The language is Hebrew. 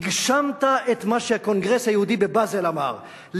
הגשמת את מה שהקונגרס היהודי בבאזל אמר: